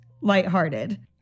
lighthearted